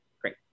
great